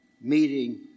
meeting